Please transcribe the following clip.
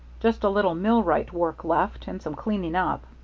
just a little millwright work left, and some cleaning up.